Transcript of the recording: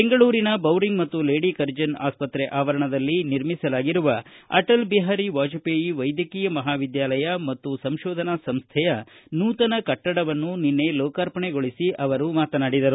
ಬೆಂಗಳೂರಿನ ಬೌರಿಂಗ್ ಮತ್ತು Lady Curzon ಆಸ್ಷತ್ರೆ ಆವರಣದಲ್ಲಿ ನಿರ್ಮಿಸಲಾಗಿರುವ ಅಟಲ್ ಬಿಹಾರಿ ವಾಜಪೇಯ ವೈದ್ಯಕೀಯ ಮಹಾವಿದ್ಯಾಲಯ ಮತ್ತು ಸಂಶೋಧನಾ ಸಂಶ್ವೆಯ ನೂತನ ಕಟ್ಟಡವನ್ನು ನಿನ್ನೆ ಲೋಕಾರ್ಪಣೆಗೊಳಿಸಿ ಅವರು ಮಾತನಾಡಿದರು